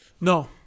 No